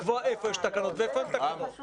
לקבוע איפה יש תקנות ואיפה אין תקנות.